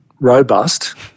robust